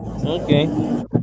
Okay